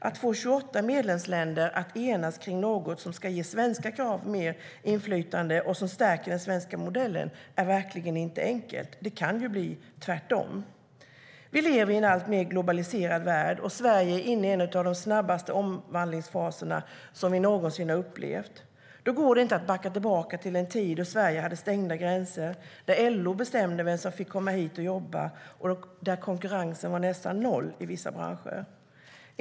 Att få 28 medlemsländer att enas kring något som ska ge svenska krav mer inflytande och som stärker den svenska modellen är verkligen inte enkelt. Det kan ju bli tvärtom. Vi lever i en alltmer globaliserad värld, och Sverige är inne i en av de snabbaste omvandlingsfaser som vi någonsin har upplevt. Då går det inte att backa tillbaka till en tid då Sverige hade stängda gränser, då LO bestämde vem som skulle få komma hit och jobba och då konkurrensen var nästan noll i vissa branscher.